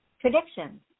predictions